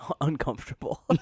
uncomfortable